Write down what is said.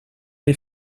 les